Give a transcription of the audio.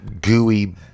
gooey